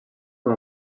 com